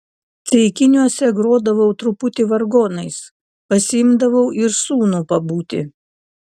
ceikiniuose grodavau truputį vargonais pasiimdavau ir sūnų pabūti